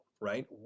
Right